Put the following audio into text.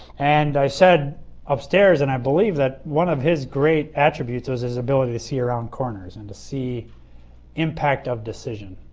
and i said upstairs and i believe that one of his great attributes is his ability to see around corners and to see impact of decision.